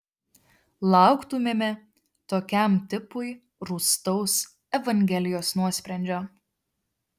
lauktumėme tokiam tipui rūstaus evangelijos nuosprendžio